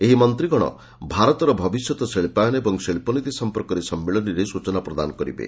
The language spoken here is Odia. ଏହି ମନ୍ତିଗଣ ଭାରତର ଭବିଷ୍ୟତ ଶିଳ୍ପାୟନ ଓ ଶିଳ୍ପନୀତି ସମ୍ପର୍କରେ ସମ୍ମିଳନୀରେ ସ୍ୱଚନା ପ୍ରଦାନ କରିବେ